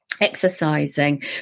exercising